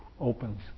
opens